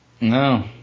No